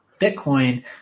Bitcoin